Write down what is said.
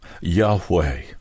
Yahweh